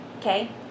Okay